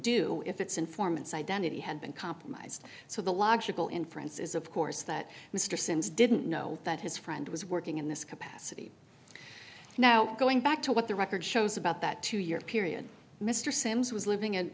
do if it's informants identity had been compromised so the logical inference is of course that mr sims didn't know that his friend was working in this capacity now going back to what the record shows about that two year period mr sims was living